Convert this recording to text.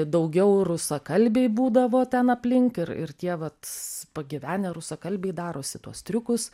daugiau rusakalbiai būdavo ten aplink ir ir tie vat pagyvenę rusakalbiai darosi tuos triukus